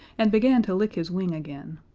and began to lick his wing again.